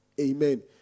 Amen